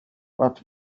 but